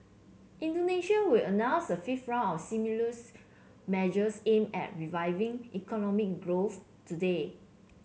Indonesia will announce a fifth round of stimulus measures aimed at reviving economic growth today